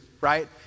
right